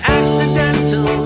accidental